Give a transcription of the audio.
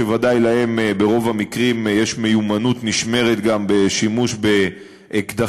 שבוודאי להם ברוב המקרים יש מיומנות נשמרת גם בשימוש באקדחים,